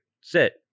Sit